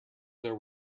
there